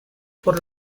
por